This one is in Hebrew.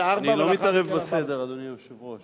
אני לא מתערב בסדר, אדוני היושב-ראש.